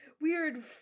weird